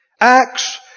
Acts